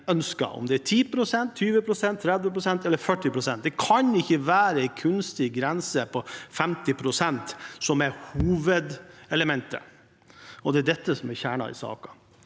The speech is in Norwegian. om det er 10 pst., 20 pst., 30 pst. eller 40 pst. Det kan ikke være en kunstig grense på 50 pst. som er hovedelementet, og det er dette som er kjernen i saken.